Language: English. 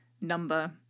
number